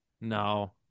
No